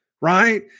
right